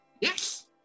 Yes